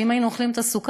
ואם היינו אוכלים את הסוכר,